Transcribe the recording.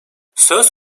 söz